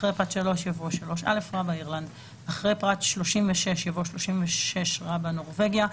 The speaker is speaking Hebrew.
(2) אחרי פרט (3) יבוא: (3א) אירלנד1 אחרי פרט 36 יבוא: (36א) נורבגיה,